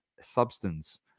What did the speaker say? substance